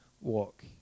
walk